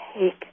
take